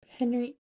Henry